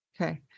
Okay